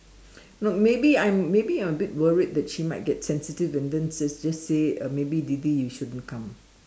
no maybe I'm maybe I'm a bit worried that she might get sensitive and then she just say uh maybe didi you shouldn't come